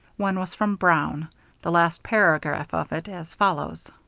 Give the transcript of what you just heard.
one was from brown the last paragraph of it as follows